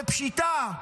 בפשיטה,